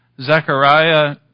Zechariah